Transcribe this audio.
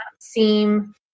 seem